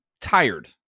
tired